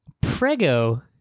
Prego